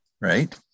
right